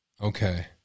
Okay